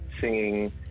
singing